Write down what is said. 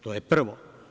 To je prvo.